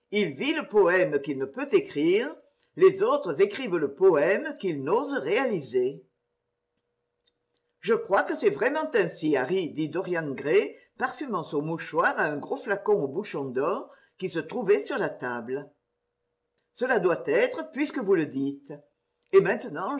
vit le poème qu'il ne peut écrire les autres écrivent le poème qu'ils n'osent réaliser je crois que c'est vraiment ainsi harry dit dorian gray parfumant son mouchoir à un gros flacon au bouchon d'or qui se trouvait sur la table gela doit être puisque vous le dites et maintenant